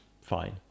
fine